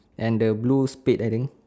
and the blue spade I think